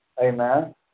Amen